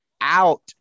out